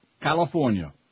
California